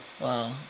Wow